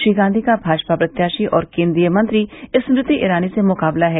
श्री गांधी का भाजपा प्रत्याशी और केन्द्रीय मंत्री स्मृति ईरानी से मुकाबला है